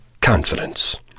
confidence